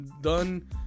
done